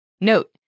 Note